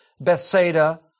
Bethsaida